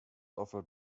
offered